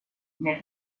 nel